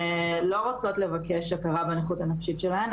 שלא רוצות לבקש הכרה בנכות הנפשית שלהם,